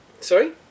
Sorry